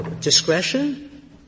discretion